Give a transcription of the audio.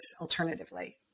alternatively